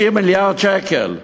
30 מיליארד שקל,